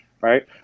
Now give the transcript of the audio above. Right